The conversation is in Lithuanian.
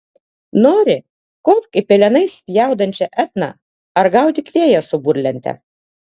nori kopk į pelenais spjaudančią etną ar gaudyk vėją su burlente